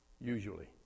Usually